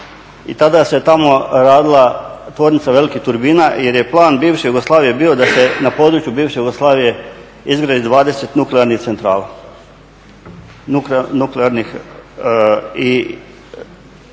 i tada se tamo radila tvornica velikih turbina jer je plan bivše Jugoslavije bio da se na području bivše Jugoslavije izgradi nuklearnih centrala,